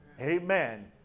Amen